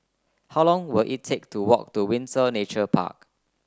how long will it take to walk to Windsor Nature Park